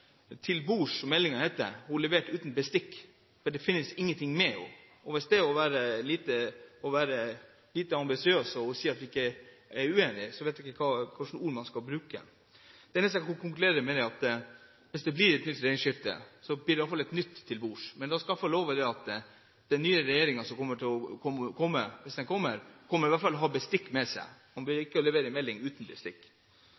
til bords, som meldingen heter, er levert uten bestikk, for det følger ingenting med. Hvis det er å være lite ambisiøs å si at vi ikke er enig, vet jeg ikke hvilke ord man skal bruke. Det eneste jeg kan konkludere med, er at hvis det blir regjeringsskifte, blir det iallfall et nytt Velkommen til bords. Jeg kan love at den nye regjeringen – hvis den kommer – i hvert fall kommer til å ha bestikk med seg.